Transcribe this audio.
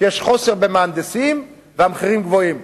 כי יש חוסר במהנדסים והמחירים גבוהים.